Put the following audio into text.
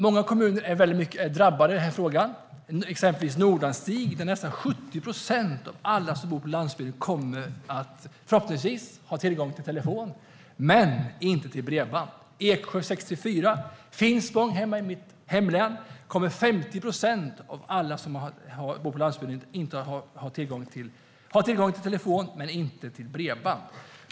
Många kommuner är drabbade i denna fråga, exempelvis Nordanstig, där nästan 70 procent av alla som bor på landsbygden kommer att ha tillgång till telefon, förhoppningsvis, men inte till bredband. I Eksjö är siffran 64 procent. I Finspång, i mitt hemlän, kommer 50 procent av alla som bor på landsbygden att ha tillgång till telefon men inte till bredband.